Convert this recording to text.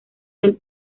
del